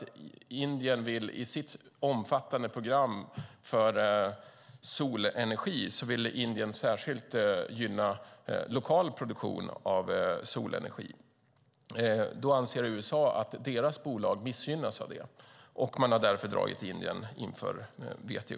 Indien vill i sitt omfattande program för solenergi särskilt gynna lokal produktion av solenergi. USA anser att deras bolag missgynnas av det och har därför dragit Indien inför WTO.